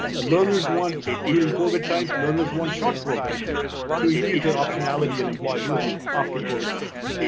learners want during covid times, learners want short programs to increase their optionality and employability after covid nineteen.